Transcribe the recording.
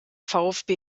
vfb